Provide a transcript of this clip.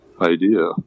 idea